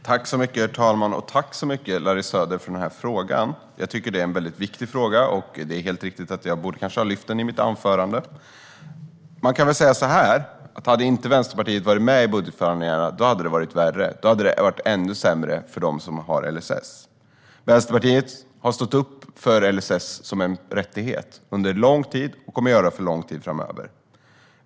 Herr talman! Tack så mycket för frågan, Larry Söder! Det är en väldigt viktig fråga. Det är helt riktigt att jag kanske borde ha lyft upp detta i mitt anförande. Man kan säga så här: Hade inte Vänsterpartiet varit med i budgetförhandlingarna hade det varit värre. Då hade det varit ännu sämre för dem som har stöd enligt LSS. Vänsterpartiet har under lång tid stått upp för LSS som en rättighet och kommer att göra det under lång tid framöver.